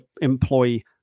employee